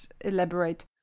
elaborate